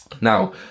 Now